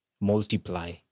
multiply